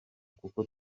kuko